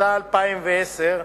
התש"ע 2010,